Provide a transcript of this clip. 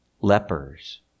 Lepers